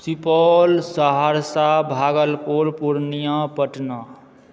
Supaul Saharsa Bhagalpur Purnia Patna